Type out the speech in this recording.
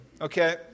Okay